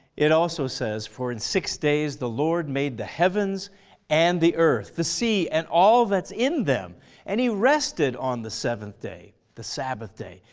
it also says, for in six days the lord made the heavens and the earth the sea and all that's in them and he rested on the seventh day, day, the sabbath day,